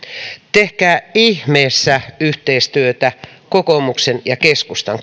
tehkää nyt ihmeessä lujasti yhteistyötä kokoomuksen ja keskustan